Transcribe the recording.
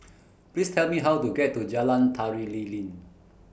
Please Tell Me How to get to Jalan Tari Lilin